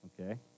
Okay